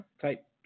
type